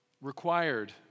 required